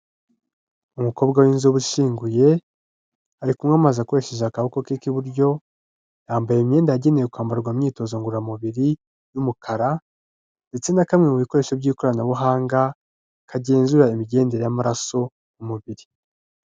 Umukobwa w'inzobe ushinguye, ari kunywa amazi akoresheje akabokoko ke k'iburyo, yambaye imyenda yagenewe kwambarwa mu myitozo ngororamubiri y'umukara ndetse na kamwe mu bikoresho by'ikoranabuhanga kagenzura imigendere y'amaraso mu mubiri.